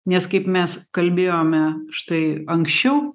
nes kaip mes kalbėjome štai anksčiau